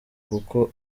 kuko